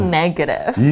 negative